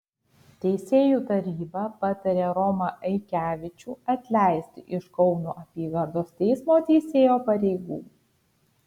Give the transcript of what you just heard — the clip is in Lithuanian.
teisėjų taryba patarė romą aikevičių atleisti iš kauno apygardos teismo teisėjo pareigų